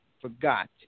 forgot